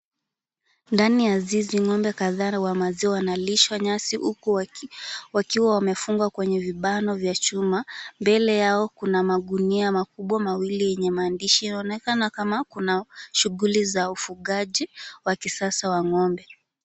Ndani ya zizi ng'ombe kadhaa wa maziwa wanalishwa nyasi huku wakiwa wamefungwa kwenye vibano vya chuma. Mbele yao magunia makubwa mawili yenye maandishi yaonekana kama kuna shughuli za ufugaji wa kisasa wa ng'ombe.